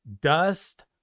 dust